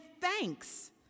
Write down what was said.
thanks